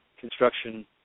construction